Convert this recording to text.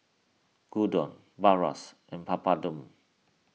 Gyudon Bratwurst and Papadum